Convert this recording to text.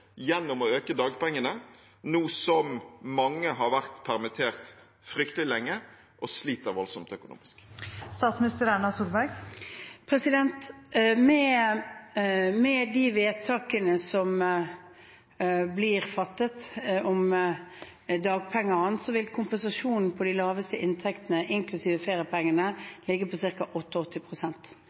gjennom å øke dagpengene, nå som mange har vært permittert fryktelig lenge, og sliter voldsomt økonomisk. Med de vedtakene som blir fattet om dagpenger og annet, vil kompensasjonen på de laveste inntektene, inklusive feriepengene, ligge på